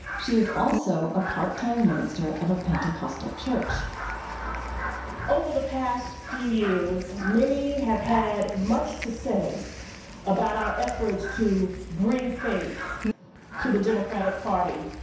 she is also a part-time minister of a pentecostal church over the past few years, many have had much to say about our efforts to bring faith to the democratic party.